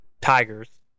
tigers